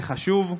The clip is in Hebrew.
זה חשוב.